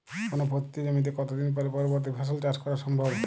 কোনো পতিত জমিতে কত দিন পরে পরবর্তী ফসল চাষ করা সম্ভব?